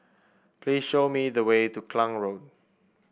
please show me the way to Kallang Road